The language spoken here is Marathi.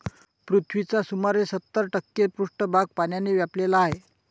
पृथ्वीचा सुमारे सत्तर टक्के पृष्ठभाग पाण्याने व्यापलेला आहे